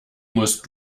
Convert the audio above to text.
musst